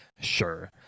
sure